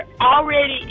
already